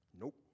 nope